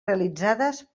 realitzades